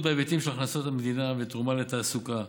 בייחוד בהיבטים של הכנסות המדינה ותרומה לתעסוקה.